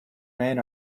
men